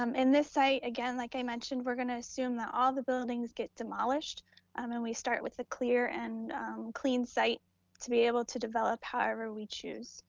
um and this site, again, like i mentioned, we're gonna assume that all the buildings get demolished um and we start with a clear and clean site to be able to develop however we choose.